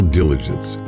diligence